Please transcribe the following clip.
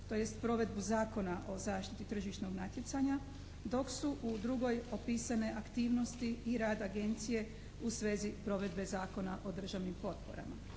tj. provedbu zakona o zaštiti tržišnog natjecanja, dok su u drugoj opisane aktivnosti i rad agencije u svezi provedbe Zakona o državnim potporama.